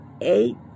Eight